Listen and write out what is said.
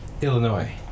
Illinois